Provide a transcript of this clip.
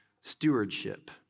stewardship